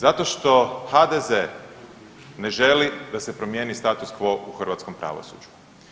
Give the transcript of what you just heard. Zato što HDZ ne želi da se promijeni status quo u hrvatskom pravosuđu.